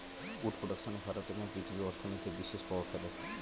would production ভারতে এবং পৃথিবীর অর্থনীতিতে বিশেষ প্রভাব ফেলে